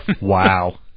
Wow